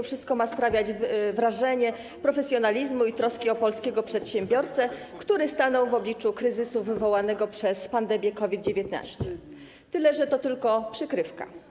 Wszystko ma sprawiać wrażenie profesjonalizmu i troski o polskiego przedsiębiorcę, który stanął w obliczu kryzysu wywołanego przez pandemię COVID-19, tyle że to tylko przykrywka.